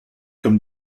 comme